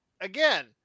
again